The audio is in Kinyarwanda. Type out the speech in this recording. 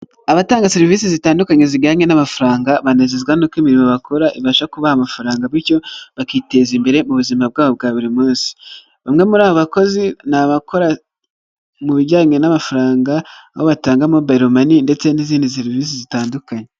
Abatanga serivisi zitandukanye zijyanye n'amafaranga, banezezwa nuko'uko imirimo bakora ibasha kubaha amafaranga, bityo bakiteza imbere mu buzima bwabo bwa buri munsi, bamwe muri aba bakozi, ni abakora mubijyanye n'amafaranga, aho batanga mobayiro mani ndetse n'izindi serivisi zitandukanye.